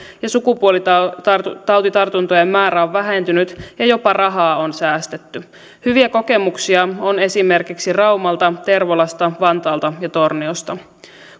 ja sukupuolitautitartuntojen määrä on vähentynyt ja jopa rahaa on säästetty hyviä kokemuksia on esimerkiksi raumalta tervolasta vantaalta ja torniosta